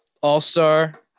All-star